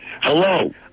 Hello